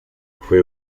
fue